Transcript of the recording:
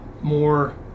more